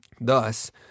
thus